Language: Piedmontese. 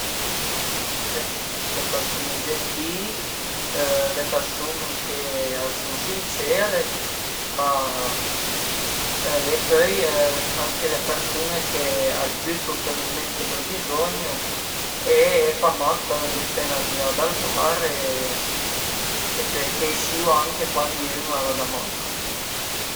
Ma a mi a m'pias le persun-ew genti-i, le persun-e ch'a sun sincere, ma e pöi anche le persun-e che a të giütu ënt ël mumento del bizogno e pa mach për andé fe 'na riada al bar e përché a i sìu anche cuandi ün al a da manca